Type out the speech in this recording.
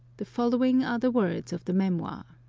the following are the words of the memoir